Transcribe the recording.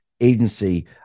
agency